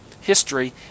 history